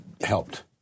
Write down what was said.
helped